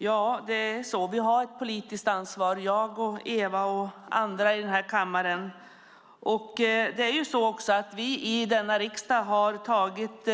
Herr talman! Vi har ett politiskt ansvar, jag, Eva och andra i denna kammare. Vi har i denna riksdag antagit